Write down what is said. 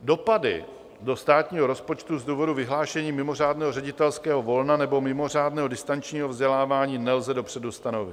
Dopady do státního rozpočtu z důvodu vyhlášení mimořádného ředitelského volna nebo mimořádného distančního vzdělávání nelze dopředu stanovit.